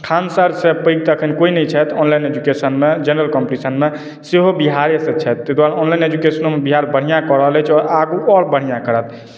खान सरसँ पैघ तऽ एखन कोइ नहि छथि ऑनलाइन एजुकेशनमे जनरल कम्पिटिशनमे सेहो बिहारेसँ छथि ताहि दुआरे ऑनलाइन एजुकेशनोमे बिहार बढ़िआँ कऽ रहल अछि आओर आगू आओर बढ़िआँ करत